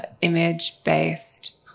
image-based